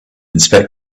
inspect